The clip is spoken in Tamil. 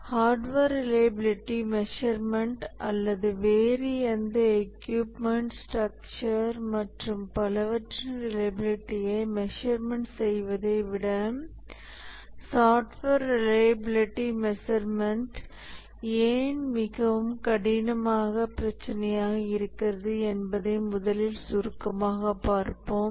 ஹார்ட்வேர் ரிலையபிலிட்டி மெஷர்மென்ட் அல்லது வேறு எந்த எக்யூப்மென்ட் ஸ்ட்ரக்சர் மற்றும் பலவற்றின் ரிலையபிலிட்டியை மெஷர்மென்ட் செய்வதை விட சாஃப்ட்வேர் ரிலையபிலிட்டி மெஷர்மென்ட் ஏன் மிகவும் கடினமான பிரச்சினையாக இருக்கிறது என்பதை முதலில் சுருக்கமாக பார்ப்போம்